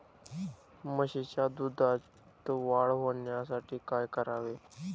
म्हशीच्या दुधात वाढ होण्यासाठी काय करावे?